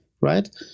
right